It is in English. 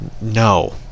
No